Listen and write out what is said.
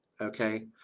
okay